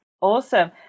awesome